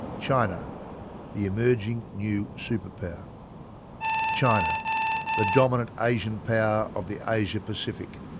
china the emerging new superpower china the dominant asian power of the asia-pacific,